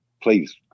Please